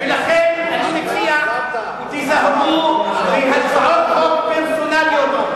ולכן אני מציע, תיזהרו בהצעות חוק פרסונליות.